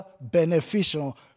beneficial